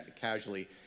casually